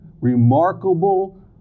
remarkable